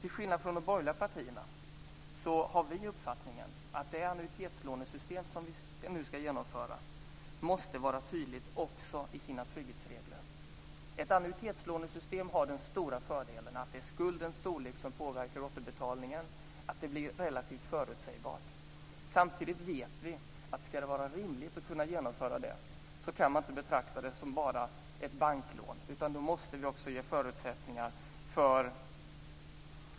Till skillnad från de borgerliga partierna har vi uppfattningen att det annuitetslånesystem som vi nu ska genomföra måste vara tydligt också i sina trygghetsregler. Ett annuitetslånesystem har den stora fördelen att det är skuldens storlek som påverkar återbetalningen. Det blir relativt förutsägbart. Samtidigt vet vi att ska det vara rimligt att genomföra systemet kan man inte betrakta det som enbart ett banklån.